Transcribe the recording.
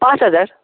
पाँच हजार